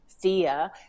fear